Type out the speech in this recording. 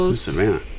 Savannah